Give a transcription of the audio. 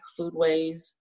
foodways